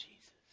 Jesus